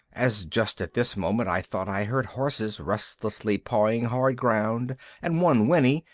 as just at this moment i thought i heard horses restlessly pawing hard ground and one whinny,